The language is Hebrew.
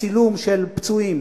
צילום של פצועים